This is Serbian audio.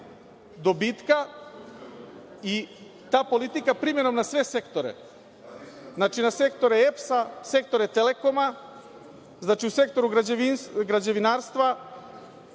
dobitka. Ta politika primenom na sve sektore, na sektore EPS-a, sektore Telekoma, u sektoru građevinarstva